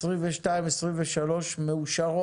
22, 23 אושרו